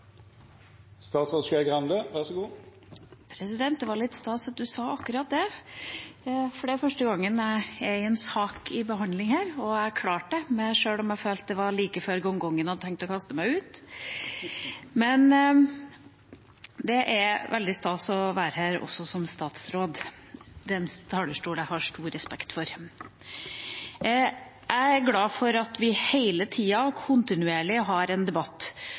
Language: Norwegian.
Det var litt stas at presidenten sa akkurat det, for det er første gang jeg har en sak til behandling her, og jeg rakk det, selv om jeg følte at det var like før gongongen hadde tenkt å kaste meg ut! Men det er veldig stas å være her også som statsråd; dette er en talerstol jeg har stor respekt for. Jeg er glad for at vi hele tiden kontinuerlig har en debatt